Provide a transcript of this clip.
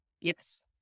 Yes